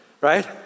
right